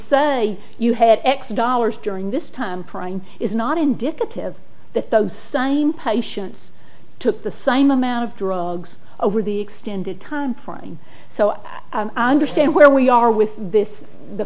say you had x dollars during this time prime is not indicative that those same patients took the same amount of drugs over the extended time flying so i understand where we are with this the